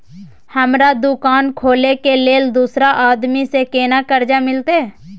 हमरा दुकान खोले के लेल दूसरा आदमी से केना कर्जा मिलते?